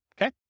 Okay